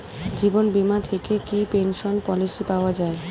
জীবন বীমা থেকে কি পেনশন পলিসি পাওয়া যায়?